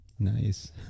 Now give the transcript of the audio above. Nice